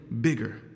bigger